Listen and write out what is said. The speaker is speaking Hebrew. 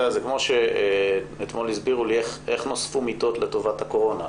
אתמול הסבירו לי איך נוספו מיטות לטובת הקורונה.